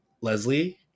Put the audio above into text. leslie